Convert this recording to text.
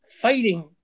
fighting